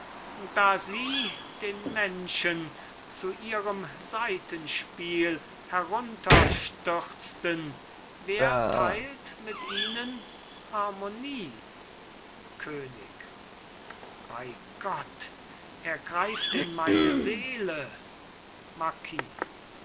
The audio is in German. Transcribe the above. da sie den menschen zu ihrem saitenspiel herunterstürzten wer teilt mit ihnen harmonie könig bei gott er greift in meine seele